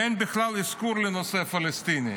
ואין בכלל אזכור לנושא הפלסטיני,